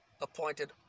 appointed